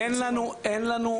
אין לנו מקום.